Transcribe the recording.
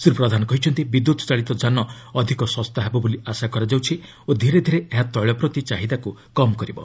ଶ୍ରୀ ପ୍ରଧାନ କହିଛନ୍ତି ବିଦ୍ୟୁତ୍ଚାଳିତ ଯାନ ଅଧିକ ଶସ୍ତା ହେବ ବୋଲି ଆଶା କରାଯାଉଛି ଓ ଧିରେ ଧିରେ ଏହା ତୈଳ ପ୍ରତି ଚାହିଦାକୁ କମ୍ କରିବ